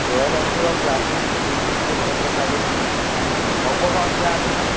royal এনফিল্ডৰ classics three fifty এখনকে উঠাই দিওঁ নেকি হ'ব বাৰু দিয়া আমি